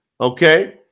okay